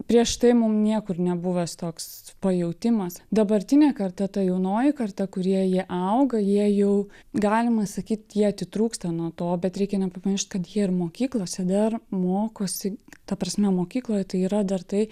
prieš tai mum niekur nebuvęs toks pajautimas dabartinė karta ta jaunoji karta kurie jie auga jie jau galima sakyt jie atitrūksta nuo to bet reikia nepamiršt kad jie ir mokyklose dar mokosi ta prasme mokykloje tai yra dar tai